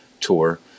tour